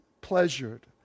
pleasured